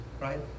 right